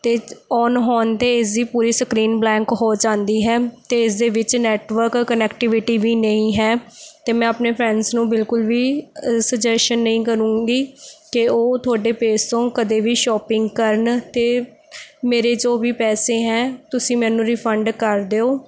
ਅਤੇ ਓਨ ਹੋਣ 'ਤੇ ਇਸਦੀ ਪੂਰੀ ਸਕਰੀਨ ਬਲੈਂਕ ਹੋ ਜਾਂਦੀ ਹੈ ਅਤੇ ਇਸਦੇ ਵਿੱਚ ਨੈੱਟਵਰਕ ਕਨੈਕਟੀਵਿਟੀ ਵੀ ਨਹੀਂ ਹੈ ਅਤੇ ਮੈਂ ਆਪਣੇ ਫਰੈਂਡਸ ਨੂੰ ਬਿਲਕੁਲ ਵੀ ਸੁਜੈਸ਼ਨ ਨਹੀਂ ਕਰਾਂਗੀ ਕਿ ਉਹ ਤੁਹਾਡੇ ਪੇਜ ਤੋਂ ਕਦੇ ਵੀ ਸ਼ੋਪਿੰਗ ਕਰਨ ਅਤੇ ਮੇਰੇ ਜੋ ਵੀ ਪੈਸੇ ਹੈ ਤੁਸੀਂ ਮੈਨੂ ਰਿਫੰਡ ਕਰ ਦਿਓ